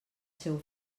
seu